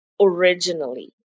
originally